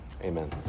Amen